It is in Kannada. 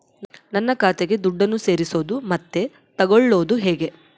ನನ್ನ ಖಾತೆಗೆ ದುಡ್ಡನ್ನು ಸೇರಿಸೋದು ಮತ್ತೆ ತಗೊಳ್ಳೋದು ಹೇಗೆ?